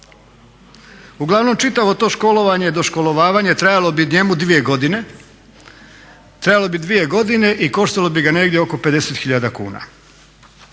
Uglavnom to čitavo školovanje i doškolovanje trajalo bi njemu dvije godine i koštalo bi ga negdje oko 50 tisuća kuna.